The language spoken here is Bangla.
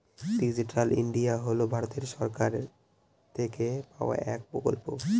ডিজিটাল ইন্ডিয়া হল ভারত সরকার থেকে পাওয়া এক প্রকল্প